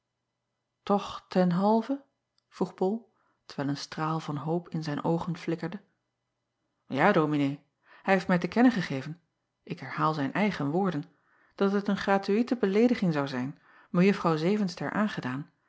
och ten halve vroeg ol terwijl een straal van hoop in zijn oogen flikkerde a ominee ij heeft mij te kennen gegeven ik herhaal zijn eigen woorden dat het een gratuïete beleediging zou zijn ejuffrouw evenster aangedaan